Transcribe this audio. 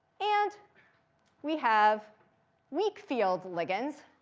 and we have weak field ligands.